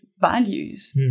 values